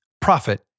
profit